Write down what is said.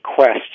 Requests